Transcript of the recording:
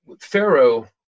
Pharaoh